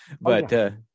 but-